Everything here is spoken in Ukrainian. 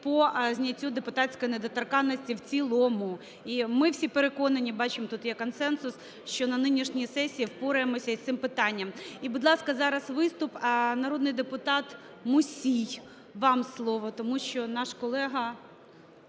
по зняттю депутатської недоторканності в цілому. І ми всі переконані, бачу, тут є консенсус, що на нинішній сесії впораємося і з цим питанням. І, будь ласка, зараз виступ – народний депутат Мусій. Вам слово, тому що наш колега